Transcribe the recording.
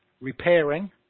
repairing